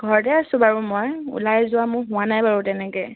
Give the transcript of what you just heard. ঘৰতে আছো বাৰু মই ওলাই যোৱা মোৰ হোৱা নাই বাৰু তেনেকৈ